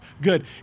good